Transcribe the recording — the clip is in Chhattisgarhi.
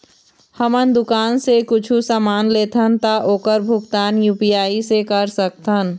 हमन दुकान से कुछू समान लेथन ता ओकर भुगतान यू.पी.आई से कर सकथन?